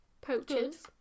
poachers